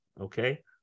okay